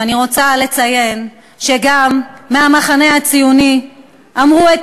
ואני רוצה לציין שגם מהמחנה הציוני אמרו את